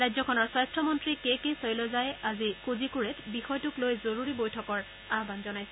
ৰাজ্যখনৰ স্বাস্থ্য মন্নী কে কে শৈলজাই আজি কোজিকোড়েত বিষয়টো লৈ জৰুৰী বৈঠকৰ আহান জনাইছে